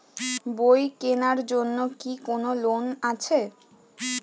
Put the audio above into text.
বই কেনার জন্য কি কোন লোন আছে?